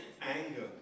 anger